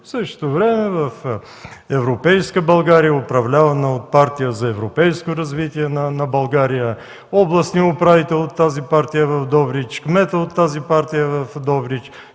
В същото време в европейска България, управлявана от Партия за европейско развитие на България, областният управител в Добрич е от тази партия,